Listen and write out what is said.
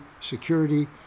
security